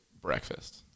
breakfast